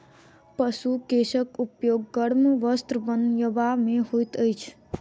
पशु केशक उपयोग गर्म वस्त्र बनयबा मे होइत अछि